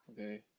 Okay